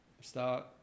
start